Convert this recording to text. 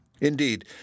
Indeed